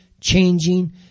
changing